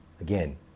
Again